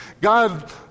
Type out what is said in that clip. God